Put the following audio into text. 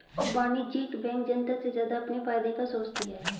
वाणिज्यिक बैंक जनता से ज्यादा अपने फायदे का सोचती है